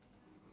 ah